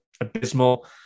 abysmal